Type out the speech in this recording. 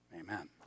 Amen